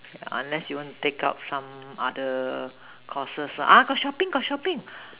unless you want to take up some other courses lah ah got shopping got shopping